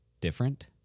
different